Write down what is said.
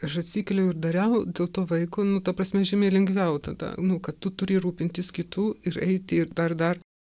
aš atsikeliu ir dariau dėl to vaiko nu ta prasme žymiai lengviau tada nu kad tu turi rūpintis kitu ir eiti ir dar dar